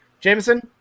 jameson